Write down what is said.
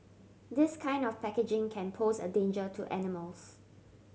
this kind of packaging can pose a danger to animals